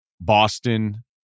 Boston